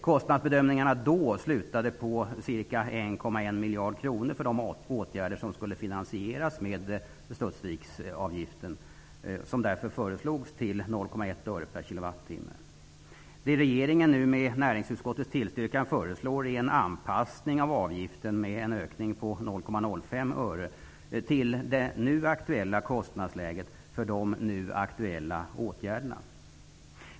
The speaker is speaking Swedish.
Kostnadsbedömningarna slutade då på ca 1,1 miljarder kronor för de åtgärder som skulle finansieras med Studsviksavgiften -- som därför sattes till 0,1 öre per kWh. Det regeringen nu med näringsutskottets tillstyrkan föreslår är en anpassning av avgiften med en ökning på 0,05 öre till det nuvarande kostnadsläget för de aktuella åtgärderna.